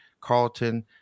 Carlton